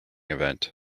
event